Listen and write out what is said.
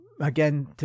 again